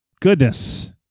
goodness